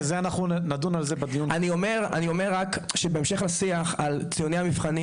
אני אומר רק שבהמשך לשיח על ציוני המבחנים